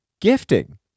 gifting